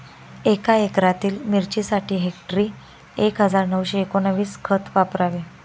एका एकरातील मिरचीसाठी हेक्टरी एक हजार नऊशे एकोणवीस खत वापरावे